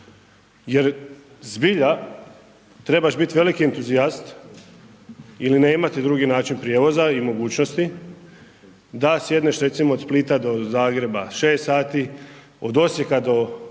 jer zbilja trebaš biti veliki entuzijast ili ne imati drugi način prijevoza i mogućnosti da sjedneš, recimo, od Splita do Zagreba 6 sati, od Osijeka do Zagreba,